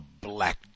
black